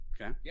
Okay